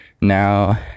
now